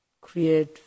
create